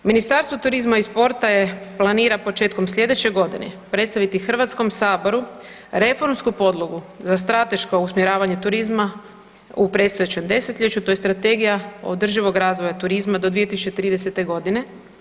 Ministarstvo turizma i sporta je, planira početkom slijedeće godine predstaviti Hrvatskom saboru reformsku podlogu za strateško usmjeravanje turizma u predstojećem desetljeću to je strategija održivog razvoja turizma do 2030. godine.